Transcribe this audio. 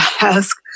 ask